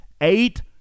Eight